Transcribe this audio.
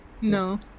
No